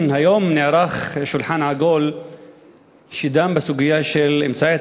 היום נערך שולחן עגול שדן בסוגיה של אמצעי